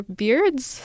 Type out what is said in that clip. beards